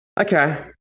Okay